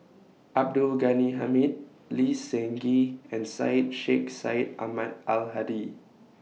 Abdul Ghani Hamid Lee Seng Gee and Syed Sheikh Syed Ahmad Al Hadi